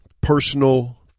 personal